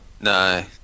No